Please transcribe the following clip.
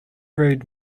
road